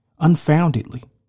Unfoundedly